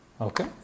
Okay